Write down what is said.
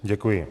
Děkuji.